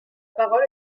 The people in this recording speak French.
parole